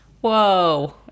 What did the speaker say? Whoa